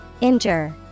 Injure